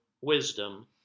wisdom